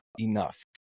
enough